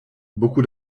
beaucoup